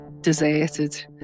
deserted